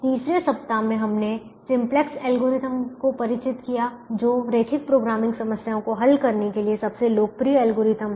तीसरे सप्ताह में हमने सिंप्लेक्स एल्गोरिथ्म को परिचित किया जो रैखिक प्रोग्रामिंग समस्याओं को हल करने के लिए सबसे लोकप्रिय एल्गोरिथ्म है